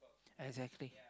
exactly